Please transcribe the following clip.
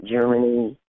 Germany